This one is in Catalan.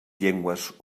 llengües